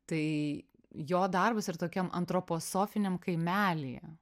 tai jo darbas yra tokiam antroposofiniam kaimelyje